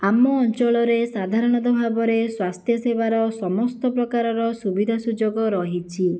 ଆମ ଅଞ୍ଚଳରେ ସାଧାରଣତଃ ଭାବରେ ସ୍ୱାସ୍ଥ୍ୟ ସେବାର ସମସ୍ତ ପ୍ରକାରର ସୁବିଧା ସୁଯୋଗ ରହିଛି